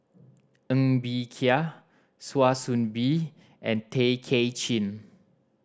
Ng Bee Kia Kwa Soon Bee and Tay Kay Chin